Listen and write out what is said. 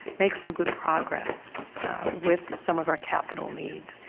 make some good progress with some of our capital needs,